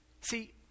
See